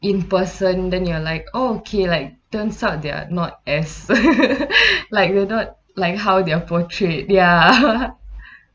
in person then you are like oh okay like turns out they're not as like they're not like how they're portrayed ya